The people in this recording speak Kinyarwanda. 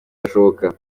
gashoboka